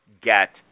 get